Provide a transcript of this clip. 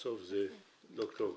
בסוף זה ד"ר גוטליב,